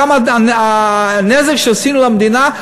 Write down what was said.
כמה הנזק שעשינו למדינה,